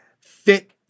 fit